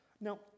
Now